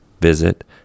Visit